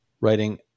writing